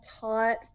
taught